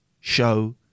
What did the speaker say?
show